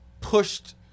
pushed